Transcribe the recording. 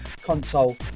console